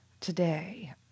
Today